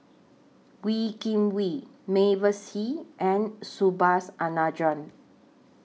Wee Kim Wee Mavis Hee and Subhas Anandan